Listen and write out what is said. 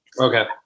Okay